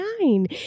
nine